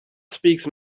speaks